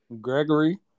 Gregory